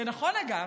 זה נכון, אגב,